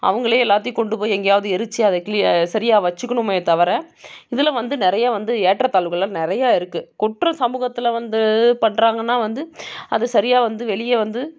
அவங்களே எல்லாத்தையும் கொண்டு போய் எங்கேயாவது எரிச்சு அதை சரியாக வச்சுக்கணுமே தவிர இதில் வந்து நிறைய வந்து ஏற்றத்தாழ்வுகளை எல்லாம் நிறைய இருக்குது கொட்டுற சமூகத்தில் வந்து பண்ணுறாங்கன்னா வந்து அது சரியாக வந்து வெளியே வந்து